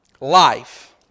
life